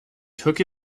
took